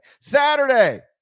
Saturday